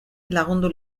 lagundu